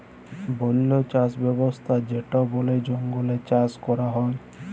বল্য চাস ব্যবস্থা যেটা বলে জঙ্গলে চাষ ক্যরা হ্যয়